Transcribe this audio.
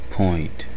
point